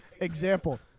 Example